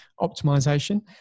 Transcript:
optimization